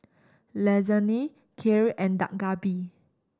Lasagne Kheer and Dak Galbi